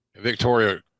Victoria